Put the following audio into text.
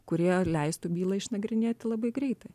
kurie leistų bylą išnagrinėti labai greitai